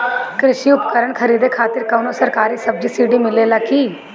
कृषी उपकरण खरीदे खातिर कउनो सरकारी सब्सीडी मिलेला की?